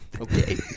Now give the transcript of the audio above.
Okay